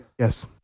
Yes